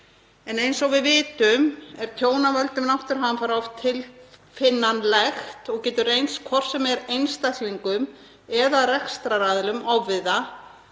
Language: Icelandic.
Eins og við vitum er tjón af völdum náttúruhamfara oft tilfinnanlegt og getur reynst hvort sem er einstaklingum eða rekstraraðilum ofviða